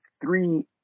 three